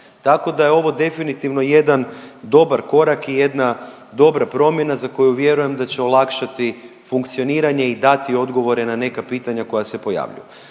Tako da je ovo definitivno jedan dobar korak i jedna dobra promjena za koju vjerujem da će olakšati funkcioniranje i dati odgovore na neka pitanja koja se pojavljuju.